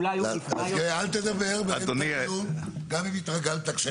אל תדבר ואל תעשה כלום, גם אם התרגלת כשלא הייתי.